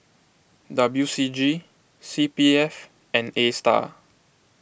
W C G C P F and Astar